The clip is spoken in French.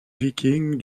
vikings